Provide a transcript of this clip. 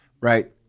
right